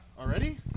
Already